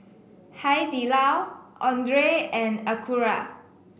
Hai Di Lao Andre and Acura